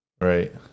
Right